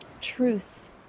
truth